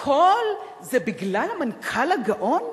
הכול זה בגלל המנכ"ל הגאון?